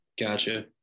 Gotcha